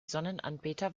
sonnenanbeter